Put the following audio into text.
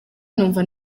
numva